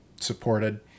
supported